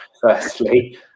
firstly